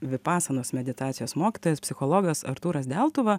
vipasanos meditacijos mokytojas psichologas artūras deltuva